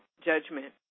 judgment